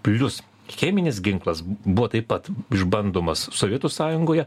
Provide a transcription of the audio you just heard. plius cheminis ginklas buvo taip pat išbandomas sovietų sąjungoje